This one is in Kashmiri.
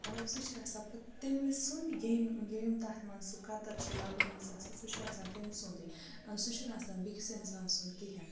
مطلب سُہ چھُ آسان پَتہٕ تٔمِس سُنٛد ییٚمۍ ییٚمۍ تَتھ منٛز سُہ قطر چھُ لَگٲمٕژ آسان سُہ چھُ آسان تٔمۍ سُندُے سُہ چھُنہٕ آسان بیٚکِس اِنسان سُنٛد کِہیٖنۍ نہٕ